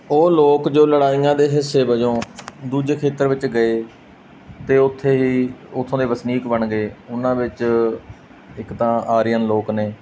ਉਹ ਲੋਕ ਜੋ ਲੜਾਈਆਂ ਦੇ ਹਿੱਸੇ ਵਜੋਂ ਦੂਜੇ ਖੇਤਰ ਵਿੱਚ ਗਏ ਅਤੇ ਉੱਥੇ ਹੀ ਉੱਥੋਂ ਦੇ ਵਸਨੀਕ ਬਣ ਗਏ ਉਹਨਾਂ ਵਿੱਚ ਇੱਕ ਤਾਂ ਆਰਿਅਨ ਲੋਕ ਨੇ